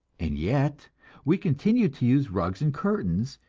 and yet we continue to use rugs and curtains,